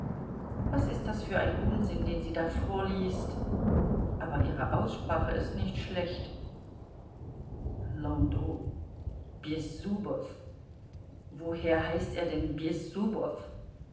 was ist das für ein unsinn den sie da vorliest aber ihre aussprache ist nicht schlecht landau bessubow woher heißt er denn